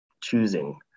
choosing